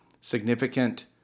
significant